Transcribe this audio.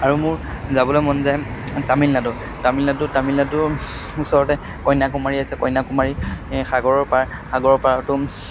আৰু মোৰ যাবলৈ মন যায় তামিলনাডু তামিলনাডু তামিলনাডু ওচৰতে কন্য়াকুমাৰী আছে কন্য়াকুমাৰী সাগৰৰ পাৰ সাগৰৰ পাৰতো